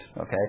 Okay